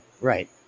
Right